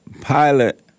pilot